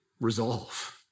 resolve